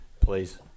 Please